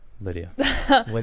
Lydia